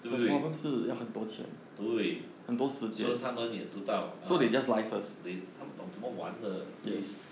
对不对对 so 他们也知道 uh they 他们懂这么玩的 please